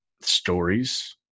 stories